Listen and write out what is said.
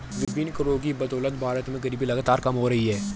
विभिन्न करों की बदौलत भारत में गरीबी लगातार कम हो रही है